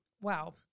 Wow